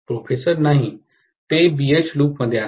professor नाही ते BH लूपमध्ये आहे